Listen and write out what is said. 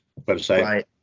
website